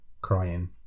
crying